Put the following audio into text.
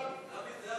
ההצעה